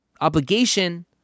obligation